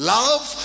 love